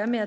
Herr